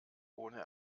ohne